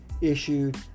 issued